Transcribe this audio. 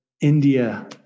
india